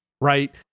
right